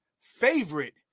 favorite